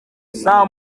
saa